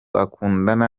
akundana